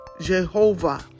Jehovah